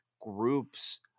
groups